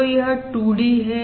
तो यह 2 D है